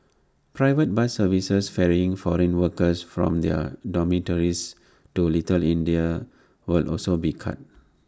private bus services ferrying foreign workers from their dormitories to little India will also be cut